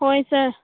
ꯍꯣꯏ ꯁꯔ